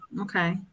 okay